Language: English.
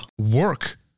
Work